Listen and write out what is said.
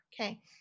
Okay